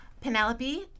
Penelope